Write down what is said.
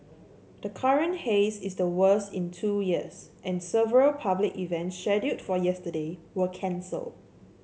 the current haze is the worst in two years and several public events scheduled for yesterday were cancelled